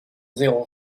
zéro